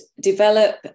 develop